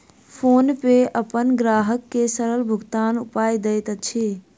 PhonePe अपन ग्राहक के सरल भुगतानक उपाय दैत अछि